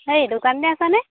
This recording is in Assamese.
হেৰি দোকানতে আছানে